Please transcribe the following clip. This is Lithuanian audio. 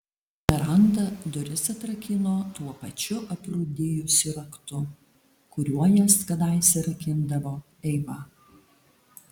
miranda duris atrakino tuo pačiu aprūdijusiu raktu kuriuo jas kadaise rakindavo eiva